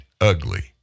ugly